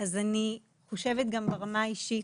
אני חושבת, גם ברמה האישית